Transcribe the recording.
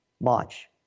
March